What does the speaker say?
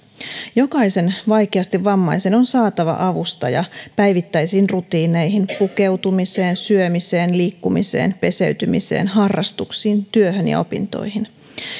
jokaisen vaikeasti vammaisen on saatava avustaja päivittäisiin rutiineihin pukeutumiseen syömiseen liikkumiseen peseytymiseen harrastuksiin työhön ja opintoihin